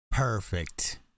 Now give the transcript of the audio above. perfect